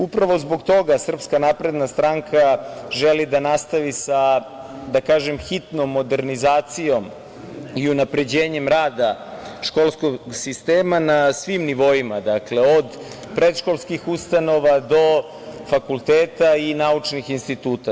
Upravo zbog toga, SNS želi da nastavi sa, da kažem, hitnom modernizacijom i unapređenjem rada školskog sistema na svim nivoima, od predškolskih ustanova do fakulteta i naučnih instituta.